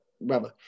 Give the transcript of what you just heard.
Brother